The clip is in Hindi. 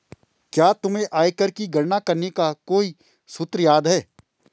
क्या तुम्हें आयकर की गणना करने का कोई सूत्र याद है?